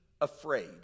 afraid